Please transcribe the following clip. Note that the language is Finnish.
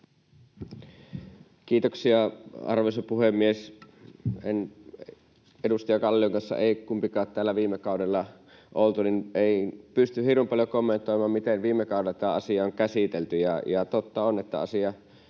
Kiitoksia, arvoisa puhemies! Edustaja Kallion kanssa ei kumpikaan täällä viime kaudella oltu, niin ei pysty hirmu paljon kommentoimaan, miten viime kaudella tätä asiaa on käsitelty. Totta on, että asia